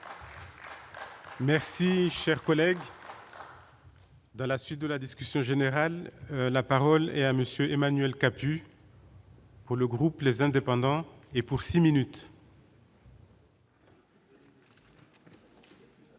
Merci, cher collègue. Dans la suite de la discussion générale, la parole est à monsieur Emmanuel Capus. Pour le groupe, les indépendants et pour 6 minutes.